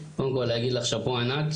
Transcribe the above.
קודם כל להגיד לך שאפו ענק,